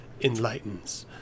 Enlightens